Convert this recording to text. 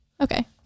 Okay